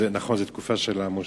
נכון, זאת תקופה של המושלים.